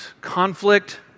conflict